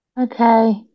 Okay